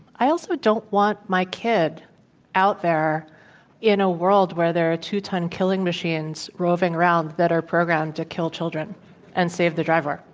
i also don't want my kid out there in a world where there are two-ton killing machine so roving around that are programmed to kill children and save the driver.